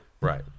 Right